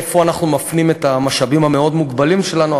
לאן אנחנו מפנים את המשאבים המאוד-מוגבלים שלנו,